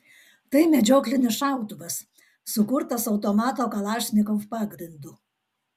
tai medžioklinis šautuvas sukurtas automato kalašnikov pagrindu